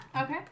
Okay